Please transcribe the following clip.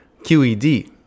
QED